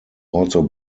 also